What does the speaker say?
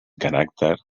caràcter